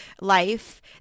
life